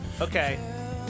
Okay